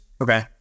Okay